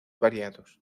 variados